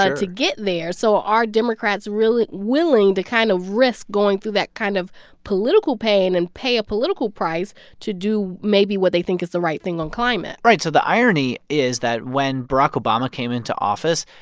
ah to get there. so are democrats willing to kind of risk going through that kind of political pain and pay a political price to do maybe what they think is the right thing on climate? right. so the irony is that when barack obama came into office,